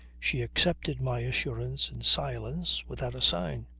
she accepted my assurance in silence, without a sign.